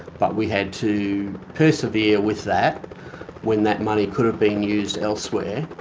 but we had to persevere with that when that money could have been used elsewhere.